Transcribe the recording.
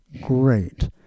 great